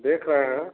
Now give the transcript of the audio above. देख रहे हैं